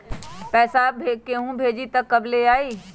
पैसा केहु भेजी त कब ले आई?